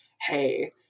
Hey